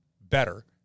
better